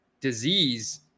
disease